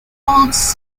holds